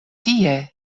tie